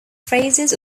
phrases